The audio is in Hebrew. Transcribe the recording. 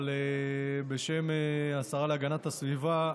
אבל בשם השרה להגנת הסביבה,